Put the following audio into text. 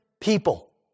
people